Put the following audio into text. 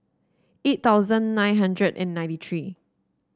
eight thousand nine hundred and ninety three